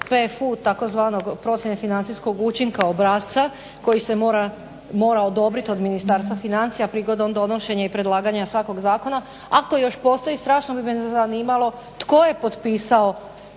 tzv. procjene financijskog učinka obrasca koji se mora odobrit od Ministarstva financija prigodom donošenja i predlaganja svakog zakona ako još postoji. Strašno bi me zanimalo tko je potpisao